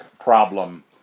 problem